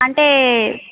అంటే